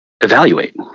evaluate